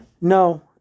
No